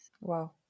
Wow